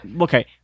Okay